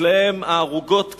אצלם הערוגות כשרות,